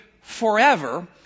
forever